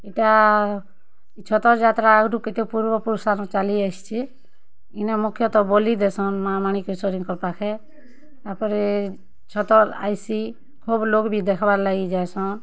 ଇଟା ଇ ଛତର୍ ଯାତ୍ରା ଅଗ୍ରୁ କେତେ ପୂର୍ବ ପୁରୁସାନୁ ଚାଲିଆଇସ୍ଛେ ଇନେ ମୁଖ୍ୟତଃ ବଳି ଦେସନ୍ ମାଁ ମାଣିକେଶ୍ଵରୀଙ୍କ ପାଖେ ତାପରେ ଛତର୍ ଆଏସି ଖୋବ୍ ଲୋକ୍ ବି ଦେଖ୍ବାର୍ ଲାଗି ଯେସନ୍